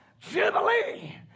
Jubilee